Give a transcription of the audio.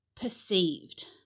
perceived